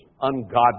ungodly